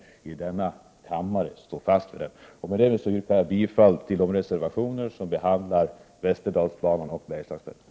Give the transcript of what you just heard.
Med detta yrkar jag bifall till de reservationer som behandlar Västerdalsbanan och Bergslagspendeln.